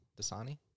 Dasani